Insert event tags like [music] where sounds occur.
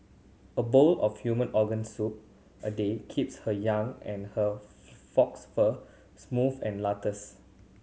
a bowl of human organ soup a day keeps her young and her fox fur smooth and [unintelligible]